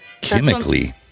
chemically